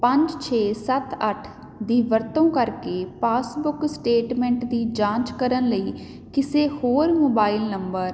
ਪੰਜ ਛੇ ਸੱਤ ਅੱਠ ਦੀ ਵਰਤੋਂ ਕਰਕੇ ਪਾਸਬੁੱਕ ਸਟੇਟਮੈਂਟ ਦੀ ਜਾਂਚ ਕਰਨ ਲਈ ਕਿਸੇ ਹੋਰ ਮੋਬਾਈਲ ਨੰਬਰ